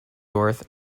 north